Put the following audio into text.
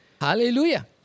Hallelujah